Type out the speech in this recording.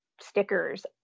stickers